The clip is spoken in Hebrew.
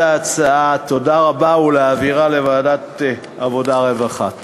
ההצעה ולהעבירה לוועדת העבודה והרווחה.